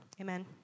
Amen